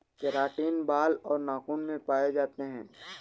keratin बाल और नाखून में पाए जाते हैं